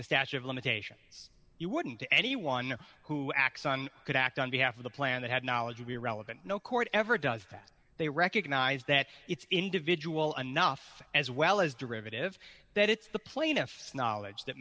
the statute of limitations you wouldn't to anyone who acts on could act on behalf of the plan that had knowledge of the relevant no court ever does that they recognize that it's individual enough as well as derivative that it's the plaintiff's knowledge that